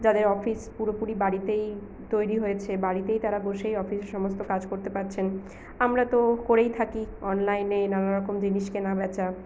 যাদের অফিস পুরোপুরি বাড়িতেই তৈরি হয়েছে বাড়িতে তারা বসেই অফিসের সমস্ত কাজ করতে পারছেন আমরা তো করেই থাকি অনলাইনে নানারকম জিনিস কেনা বেচা